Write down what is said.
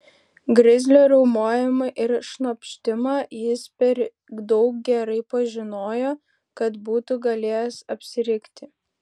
grizlio riaumojimą ir šnopštimą jis per daug gerai pažinojo kad būtų galėjęs apsirikti